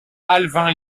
alvin